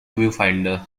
viewfinder